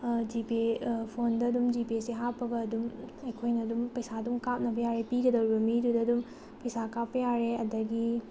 ꯖꯤꯄꯦ ꯐꯣꯟꯗ ꯑꯗꯨꯝ ꯖꯤꯄꯦꯁꯤ ꯍꯥꯞꯂꯒ ꯑꯗꯨꯝ ꯑꯩꯈꯣꯏꯅ ꯑꯗꯨꯝ ꯄꯩꯁꯥ ꯑꯗꯨꯝ ꯀꯥꯞꯅꯕ ꯌꯥꯔꯦ ꯄꯤꯒꯗꯧꯔꯤꯕ ꯃꯤꯗꯨꯗ ꯑꯗꯨꯝ ꯄꯩꯁꯥ ꯀꯥꯞꯄ ꯌꯥꯔꯦ ꯑꯗꯒꯤ